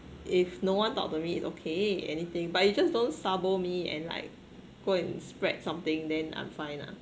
if no one talk to me it's okay anything but you just don't sabo me and like go and spread something then I'm fine lah